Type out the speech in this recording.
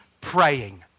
praying